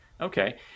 Okay